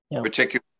particular